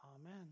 Amen